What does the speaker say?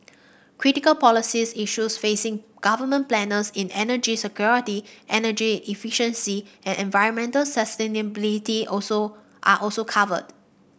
critical policies issues facing government planners in energy security energy efficiency and environmental sustainability also are also covered